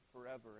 forever